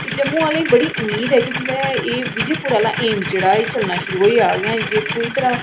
ते जम्मू आह्लें गी बड़ी उम्मीद ऐ कि जेह्लै विजयपूर आह्ला एम्स जेह्ड़ा ऐ चलना शूरू होई जाह्ग जे पूरी तरह्